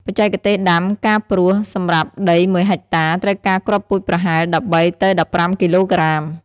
បច្ចេកទេសដាំ ការព្រោះ សម្រាប់ដី ១ ហិកតា ត្រូវការគ្រាប់ពូជប្រហែល ១៣ ទៅ ១៥ គីឡូក្រាម។